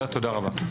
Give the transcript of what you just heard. תודה רבה.